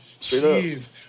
Jeez